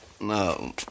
No